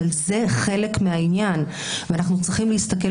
אבל זה חלק מהעניין ואנחנו צריכים להסתכל